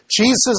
Jesus